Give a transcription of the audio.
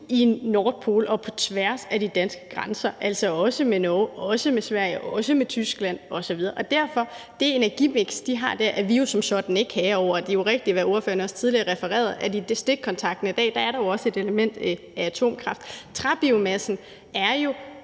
i Nord Pool og på tværs af de danske grænser, altså også med Norge og også med Sverige og også med Tyskland osv. Det energimiks, de har der, er vi jo som sådan ikke herre over. Og det er jo rigtigt, hvad ordføreren også tidligere refererede, nemlig at der i stikkontakten i dag også er et element af atomkraft. Træbiomassen er jo